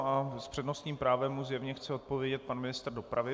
S přednostním právem mu zjevně chce odpovědět pan ministr dopravy.